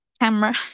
camera